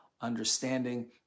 understanding